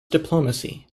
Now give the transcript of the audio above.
diplomacy